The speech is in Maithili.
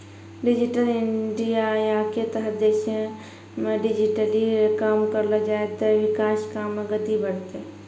डिजिटल इंडियाके तहत देशमे डिजिटली काम करलो जाय ते विकास काम मे गति बढ़तै